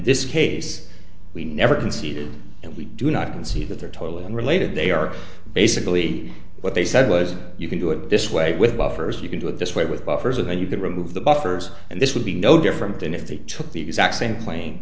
this case we never conceded and we do not concede that they're totally unrelated they are basically what they said was you can do it this way with buffers you can do it this way with offers of then you can remove the buffers and this would be no different than if they took the exact same cla